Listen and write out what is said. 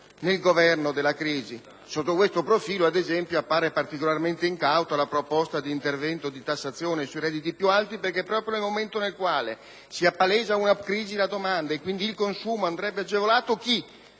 nel governo della crisi. Sotto questo profilo, ad esempio, appare particolarmente incauta la proposta di intervento di tassazione sui redditi più alti perché, proprio nel momento in cui si appalesa una crisi da domanda e quindi il consumo andrebbe agevolato, chi